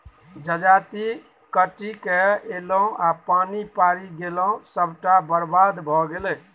जजाति कटिकए ऐलै आ पानि पड़ि गेलै सभटा बरबाद भए गेलै